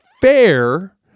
fair